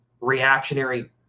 reactionary